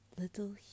little